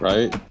Right